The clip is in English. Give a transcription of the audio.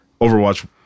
overwatch